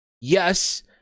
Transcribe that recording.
yes